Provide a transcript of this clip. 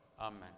Amen